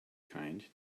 kind